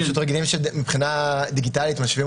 אנחנו רגילים שמבחינה דיגיטלית משווים